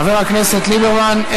חבר הכנסת ליברמן,